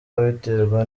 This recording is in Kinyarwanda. abiterwa